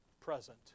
present